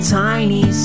tiny